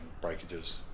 breakages